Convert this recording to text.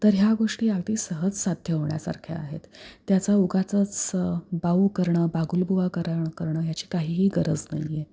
तर ह्या गोष्टी आगदी सहज साध्य होण्यासारख्या आहेत त्याचा उगाचंच बाऊ करणं बागुलबुवा करण करणं ह्याची काहीही गरज नाही आहे